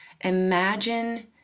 imagine